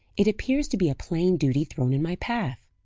it appears to be a plain duty thrown in my path.